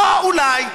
לא, אולי.